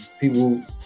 people